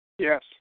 Yes